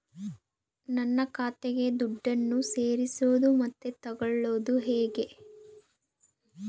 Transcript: ನನ್ನ ಖಾತೆಗೆ ದುಡ್ಡನ್ನು ಸೇರಿಸೋದು ಮತ್ತೆ ತಗೊಳ್ಳೋದು ಹೇಗೆ?